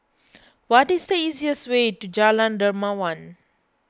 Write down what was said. what is the easiest way to Jalan Dermawan